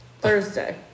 Thursday